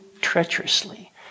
treacherously